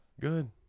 Good